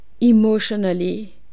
emotionally